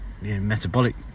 metabolic